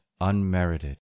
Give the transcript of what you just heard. unmerited